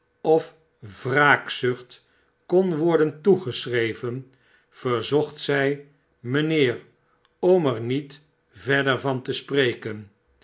of wraakzucht kon worden toegeschreven verzocht zij mijnheer om er niet verder van te spreken